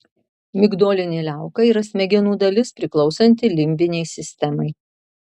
migdolinė liauka yra smegenų dalis priklausanti limbinei sistemai